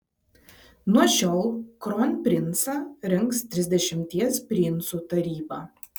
nuo šiol kronprincą rinks trisdešimties princų taryba